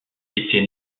était